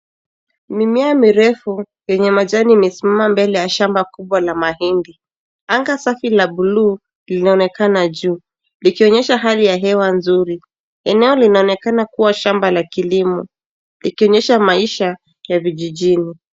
Mimea mirefu yenye majani imesimama mbele ya shamba kubwa la mahindi. Anga safi la bluu linaonekana juu, likionyesha hali ya hewa nzuri. Eneo linaonekana kuwa shamba la kilimo, ikionyesha maisha ya vijijini.